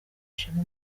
ishema